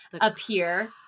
appear